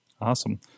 Awesome